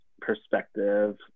perspective